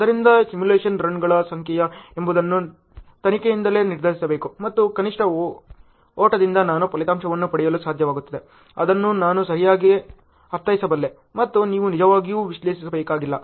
ಆದ್ದರಿಂದ ಸಿಮ್ಯುಲೇಶನ್ ರನ್ಗಳ ಸಂಖ್ಯೆ ಏನೆಂಬುದನ್ನು ತನಿಖೆಯಿಂದಲೇ ನಿರ್ಧರಿಸಬೇಕು ಮತ್ತು ಕನಿಷ್ಠ ಓಟದಿಂದ ನಾನು ಫಲಿತಾಂಶವನ್ನು ಪಡೆಯಲು ಸಾಧ್ಯವಾಗುತ್ತದೆ ಅದನ್ನು ನಾನು ಸರಿಯಾಗಿ ಅರ್ಥೈಸಬಲ್ಲೆ ಅಥವಾ ನೀವು ನಿಜವಾಗಿಯೂ ವಿಶ್ಲೇಷಿಸಬೇಕಾಗಿಲ್ಲ